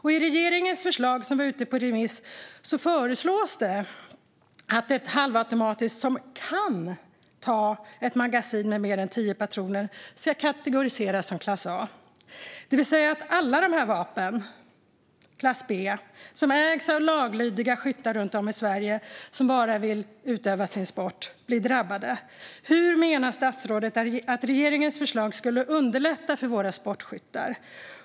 I regeringens förslag, som var ute på remiss, föreslås det att ett halvautomatiskt vapen som kan ta ett magasin med mer än tio patroner ska kategoriseras som klass A. Då skulle alla laglydiga skyttar runt om i Sverige som äger vapen i klass B och som bara vill utöva sin sport bli drabbade. Hur menar statsrådet att regeringens förslag skulle underlätta för våra sportskyttar?